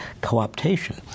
co-optation